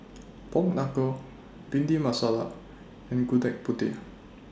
Pork Knuckle Bhindi Masala and Gudeg Putih